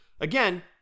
Again